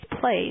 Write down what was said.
place